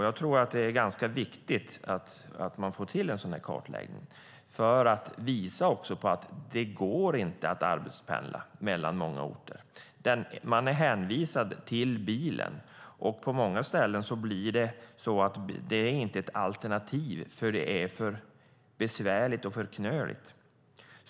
Det är ganska viktigt att man får till en kartläggning också för att visa på att det inte går att arbetspendla kommunalt mellan många orter. Man är hänvisad till bilen. På många ställen är det inte ett alternativt. Det är för besvärligt och knöligt.